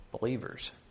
believers